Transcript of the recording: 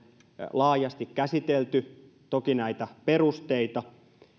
laajasti käsitelty toki näitä perusteita